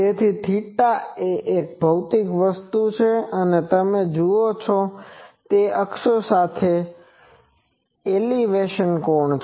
તેથી થીટા એ એક ભૌતિક વસ્તુ છે અને તમે જુઓ કે તે અક્ષો સાથેનો એલિવેશન કોણ છે